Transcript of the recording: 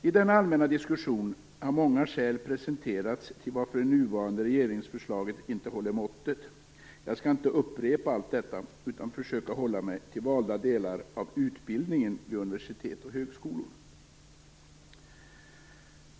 I denna allmänna diskussion har många skäl presenterats till varför det nuvarande regeringsförslaget inte håller måttet. Jag skall inte upprepa allt detta utan försöka hålla mig till valda delar av utbildningen vid universitet och högskolor.